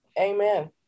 amen